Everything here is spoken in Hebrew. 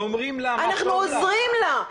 ואומרים לה אנחנו עוזרים לה.